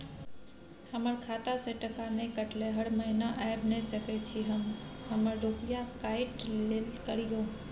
हमर खाता से टका नय कटलै हर महीना ऐब नय सकै छी हम हमर रुपिया काइट लेल करियौ?